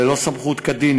ללא סמכות כדין,